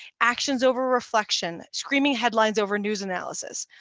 actions over reflection, screaming headlines over news analysis.